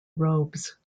robes